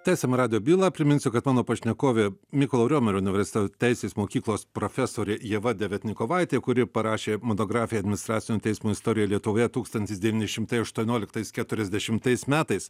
tęsiam radijo bylą priminsiu kad mano pašnekovė mykolo riomerio universite teisės mokyklos profesorė ieva deviatnikovaitė kuri parašė monografiją administracinio teismo istorija lietuvoje tūkstantis devyni šimtai aštuonioliktais keturiasdešimtais metais